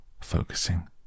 focusing